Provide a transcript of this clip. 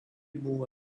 buvo